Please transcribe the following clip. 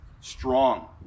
strong